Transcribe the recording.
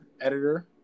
editor